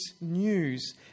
news